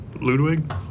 Ludwig